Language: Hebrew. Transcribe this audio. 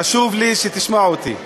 חשוב לי שתשמע אותי.